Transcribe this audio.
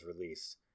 released